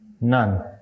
None